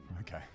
Okay